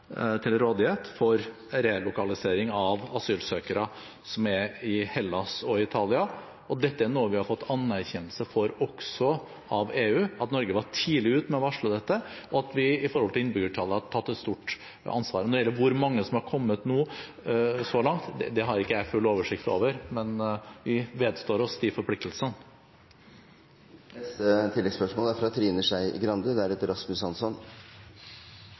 til rådighet for relokalisering av asylsøkere som er i Hellas og i Italia, og dette er noe vi har fått anerkjennelse for av EU, at Norge var tidlig ute med å varsle dette, og at vi i forhold til innbyggertallet har tatt et stort ansvar. Når det gjelder hvor mange som har kommet så langt, har ikke jeg full oversikt over det, men vi vedstår oss de forpliktelsene. Trine Skei Grande – til oppfølgingsspørsmål. Jeg vil tilbake til de rapportene vi får fra